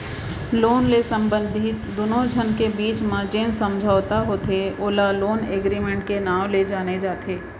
loan ले संबंधित दुनो झन मन के बीच म जेन समझौता होथे ओला लोन एगरिमेंट के नांव ले जाने जाथे